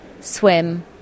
swim